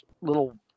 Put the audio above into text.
little